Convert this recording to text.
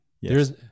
Yes